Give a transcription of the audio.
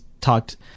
talked